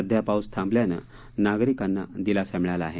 सध्या पाऊस थांबल्याने नागरिकांना दिलासा मिळाला आहे